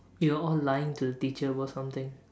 we are all lying to the teacher about something